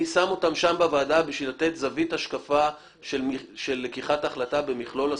אני שם אותם בשביל לתת נקודת השקפה אחרת לגבי מכלול הסיכונים.